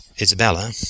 Isabella